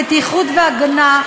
בטיחות והגנה,